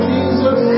Jesus